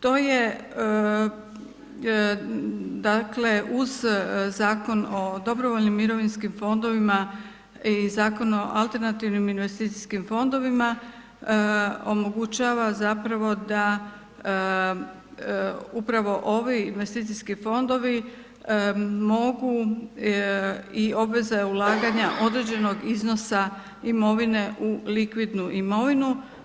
To je dakle uz Zakon o dobrovoljnim mirovinskim fondovima i Zakon o alternativnim investicijskim fondovima, omogućava zapravo da upravo ovi investicijski fondovi mogu i obveza je ulaganja određenog iznosa imovine u likvidnu imovinu.